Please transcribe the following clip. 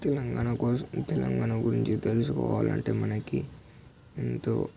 తెలంగాణ కోసం తెలంగాణ గురించి తెలుసుకోవాలి అంటే మనకి ఎంతో